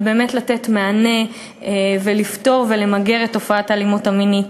ובאמת לתת מענה ולפתור ולמגר את תופעת האלימות המינית.